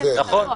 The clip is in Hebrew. נכון.